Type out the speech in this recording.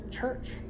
church